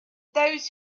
those